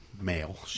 Male